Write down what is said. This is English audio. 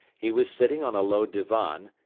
he was sitting on a low divan,